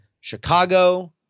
Chicago